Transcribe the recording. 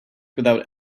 without